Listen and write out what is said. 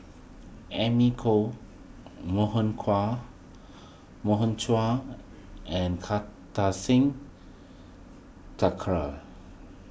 Amy Khor Morgan Kua Morgan Chua and Kartar Singh Thakral